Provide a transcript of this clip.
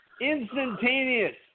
Instantaneous